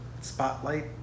spotlight